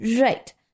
Right